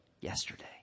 yesterday